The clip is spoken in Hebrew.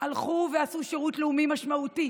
הלכו ועשו שירות לאומי משמעותי